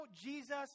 Jesus